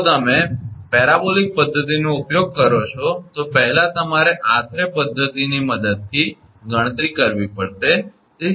જો તમે પેરાબોલિક પદ્ધતિનો ઉપયોગ કરો છો તો પહેલા તમારે આશરે પદ્ધતિની મદદથી ગણતરી કરવી પડશે